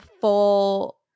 full